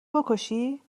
بکشی